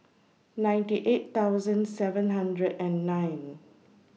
ninety eight thousand seven hundred and nine